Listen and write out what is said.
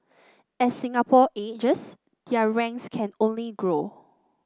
as Singapore ages their ranks can only grow